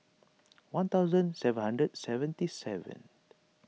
one thousand seven hundred seventy seven